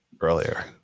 earlier